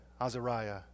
Azariah